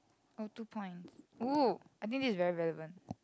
or two points !oo! I think this is very relevant